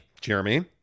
Jeremy